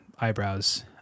Eyebrows